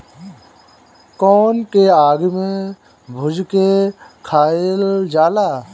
कोन के आगि में भुज के खाइल जाला